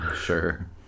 sure